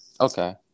Okay